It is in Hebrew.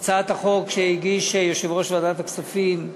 הצעת החוק שהגיש יושב-ראש ועדת הכספים,